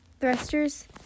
thrusters